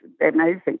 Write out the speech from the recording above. amazing